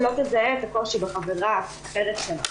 לא תזהה את הקושי בחברה האחרת שלה.